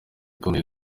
ikomeye